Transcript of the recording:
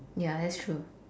ya that's true